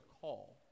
call